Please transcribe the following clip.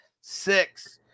six